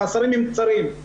המאסרים הם קצרים.